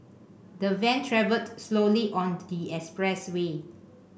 the van travelled slowly on the expressway